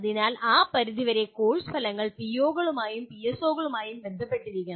അതിനാൽ ആ പരിധിവരെ കോഴ്സ് ഫലങ്ങൾ പിഒകളുമായും പിഎസ്ഒകളുമായും ബന്ധപ്പെട്ടിരിക്കണം